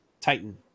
Titan